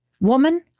Woman